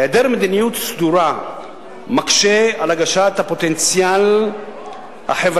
היעדר מדיניות סדורה מקשה את השגת הפוטנציאל החברתי